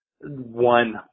one